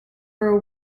for